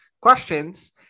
questions